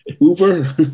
Uber